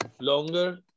longer